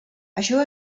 això